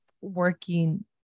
working